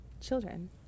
children